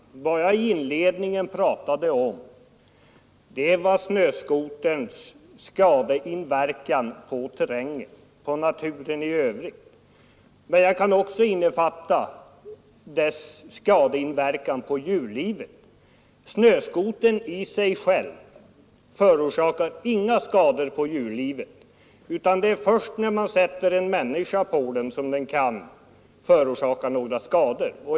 Vad jag pratade om i inledningen var snöskoterns skadeverkan på naturen, på terrängen. Men jag kan också låta resonemanget innefatta skadeverkan på djurlivet. Snöskotern i sig själv förorsakar inga skador på djurlivet. Det är först när man sätter en människa på den som den kan förorsaka några skador.